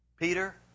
Peter